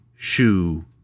shoe